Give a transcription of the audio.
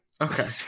Okay